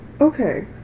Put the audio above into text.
Okay